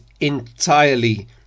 entirely